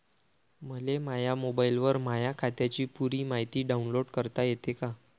मले माह्या मोबाईलवर माह्या खात्याची पुरी मायती डाऊनलोड करता येते का?